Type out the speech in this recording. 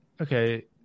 okay